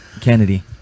Kennedy